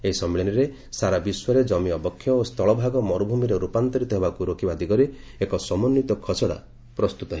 ଏହି ସମ୍ମିଳନୀରେ ସାରା ବିଶ୍ୱରେ ଜମି ଅବକ୍ଷୟ ଓ ସ୍ଥଳଭାଗ ମରୁଭୂମିରେ ରୂପାନ୍ତରିତ ହେବାକୁ ରୋକିବା ଦିଗରେ ଏକ ସମନ୍ୱିତ ଖସଡ଼ା ପ୍ରସ୍ତୁତ ହେବ